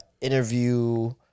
interview